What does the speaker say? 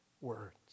words